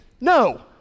No